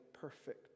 perfect